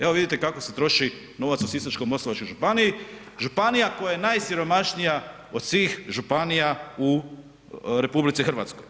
Evo vidite kako se troši novac u Sisačko-moslavačkoj županiji, županija koja je najsiromašnija od svih županija u RH.